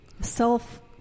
self